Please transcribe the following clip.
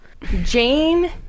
Jane